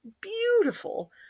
beautiful